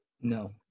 No